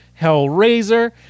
Hellraiser